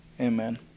Amen